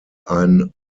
ein